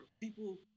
people